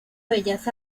bellas